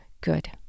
good